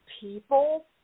people